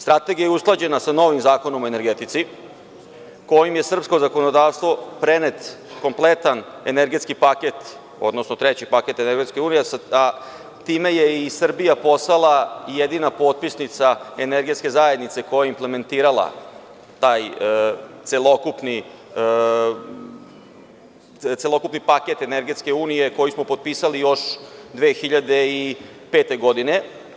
Strategija je usklađena sa novim Zakonom o energetici, kojim je u srpsko zakonodavstvo prenet kompletan energetski paket, odnosno treći paket Energetske unije, a time je i Srbija postala jedina potpisnica Energetske zajednice koja je implementirala taj celokupni paket Energetske unije, koji smo potpisali još 2005. godine.